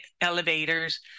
elevators